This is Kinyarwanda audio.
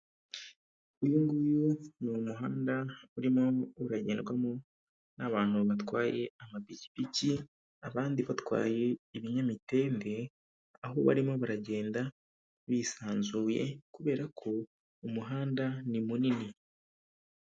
Uyu nguyu ni umuhanda urimo uragerwamo n'abantu batwaye amapikipiki abandi batwaye ibinyamitende, aho barimo baragenda bisanzuye kubera ko umuhanda ni munini.